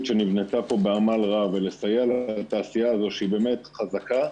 שנבנתה פה בעמל רב ולסייע לתעשייה הזו שהיא באמת חזקה,